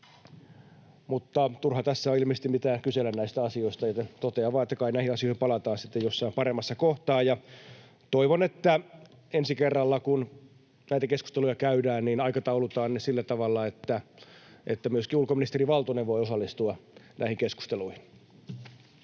Mutta turha tässä on ilmeisesti mitään kysellä näistä asioista, joten totean vain, että kai näihin asioihin palataan sitten jossain paremmassa kohtaa. Toivon, että ensi kerralla, kun näitä keskusteluja käydään, aikataulutetaan ne sillä tavalla, että myöskin ulkoministeri Valtonen voi osallistua näihin keskusteluihin.